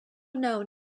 known